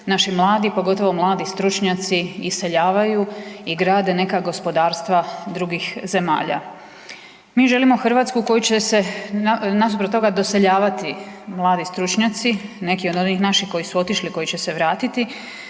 naši mladi, pogotovo mladi stručnjaci, iseljavaju i grade neka gospodarstvo drugih zemalja. Mi želimo Hrvatsku koju će se nasuprot toga doseljavati mladi stručnjaci, neki od onih naših koji su otišli, koji će se vratiti,